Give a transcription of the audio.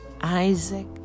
isaac